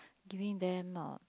giving them uh